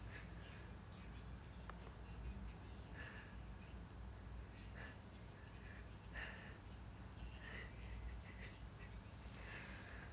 right